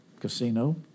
casino